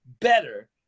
better